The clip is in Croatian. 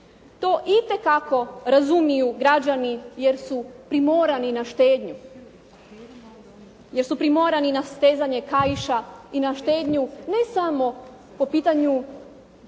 To itekako razumiju građani jer su primorani na štednju. Jer su primorani na stezanje kaiša i na štednju ne samo po pitanju